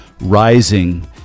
rising